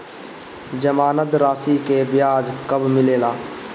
जमानद राशी के ब्याज कब मिले ला?